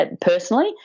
personally